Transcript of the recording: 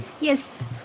Yes